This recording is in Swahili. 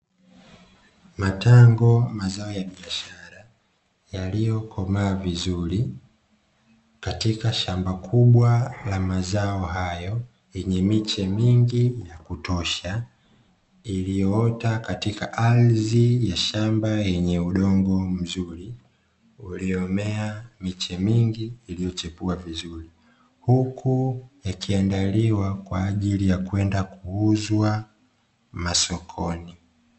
Matango mazao ya biashara yaliyokomaa vizuri katika shamba kubwa la mazao hayo yenye miche mingi ya kutosha, iliyoota katika ardhi ya shamba yenye udongo mzuri uliomea miche mingi iliyochipua vizuri huku ikiandaliwa kwa ajili ya kwenda kuuzwa masokoni.